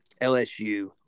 LSU